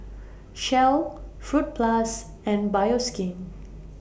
Shell Fruit Plus and Bioskin